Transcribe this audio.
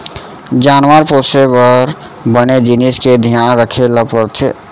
जानवर पोसे बर बने जिनिस के धियान रखे ल परथे